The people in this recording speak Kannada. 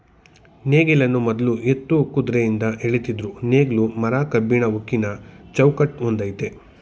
ನೇಗಿಲನ್ನು ಮೊದ್ಲು ಎತ್ತು ಕುದ್ರೆಯಿಂದ ಎಳಿತಿದ್ರು ನೇಗ್ಲು ಮರ ಕಬ್ಬಿಣ ಉಕ್ಕಿನ ಚೌಕಟ್ ಹೊಂದಯ್ತೆ